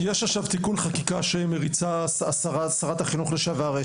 יש עכשיו תיקון חקיקה בעניין שמריצה שרת החינוך לשעבר,